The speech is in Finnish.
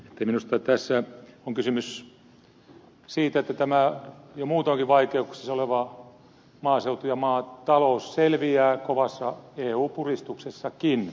minusta tässä on kysymys siitä että jo muutoinkin vaikeuksissa oleva maaseutu ja maatalous selviävät kovassa eu puristuksessakin